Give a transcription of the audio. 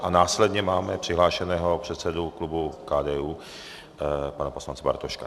A následně máme přihlášeného předsedu klubu KDU, pana poslance Bartoška.